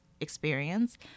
experience